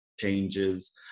changes